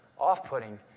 off-putting